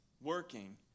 working